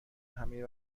همهی